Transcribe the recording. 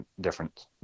different